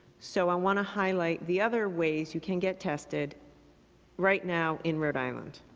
so i want to highlight the other ways you can get tested right now in rhode island.